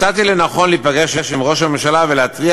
לכן מצאתי לנכון להיפגש עם ראש הממשלה ולהתריע